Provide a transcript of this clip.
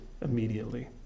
immediately